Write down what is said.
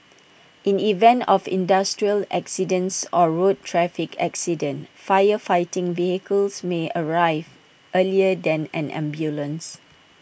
in event of industrial accidents or road traffic accidents fire fighting vehicles may arrive earlier than an ambulance